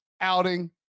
outing